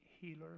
healer